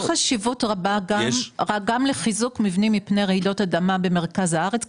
אבל יש חשיבות רבה גם לחיזוק מבנים מפני רעידות אדמה במרכז הארץ,